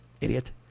Idiot